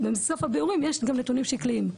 בסוף הביאורים יש גם נתונים שקליים,